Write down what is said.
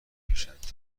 میکشند